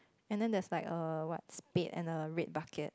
and then there's like a what spade and a red bucket